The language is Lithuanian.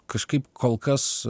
kažkaip kol kas